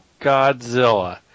Godzilla